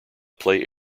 play